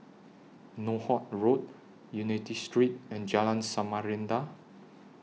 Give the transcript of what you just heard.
Northolt Road Unity Street and Jalan Samarinda